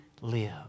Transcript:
live